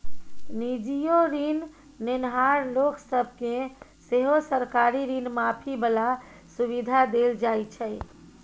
निजीयो ऋण नेनहार लोक सब केँ सेहो सरकारी ऋण माफी बला सुविधा देल जाइ छै